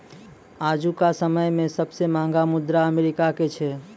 आजुका समय मे सबसे महंगा मुद्रा अमेरिका के छै